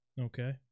Okay